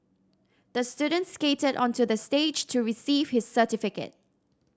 the students skated onto the stage to receive his certificate